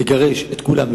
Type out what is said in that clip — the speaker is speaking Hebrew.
לגרש את כולם,